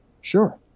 sure